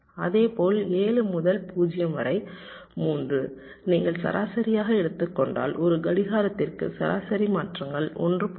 அதேபோல் 7 முதல் 0 வரை 3 நீங்கள் சராசரியாக எடுத்துக் கொண்டால் ஒரு கடிகாரத்திற்கு சராசரி மாற்றங்கள் 1